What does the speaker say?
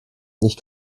nicht